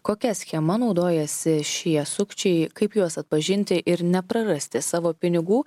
kokia schema naudojasi šie sukčiai kaip juos atpažinti ir neprarasti savo pinigų